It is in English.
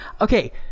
okay